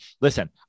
listen